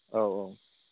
औ औ